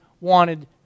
wanted